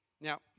Now